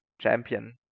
champion